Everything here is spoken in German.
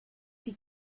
die